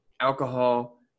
alcohol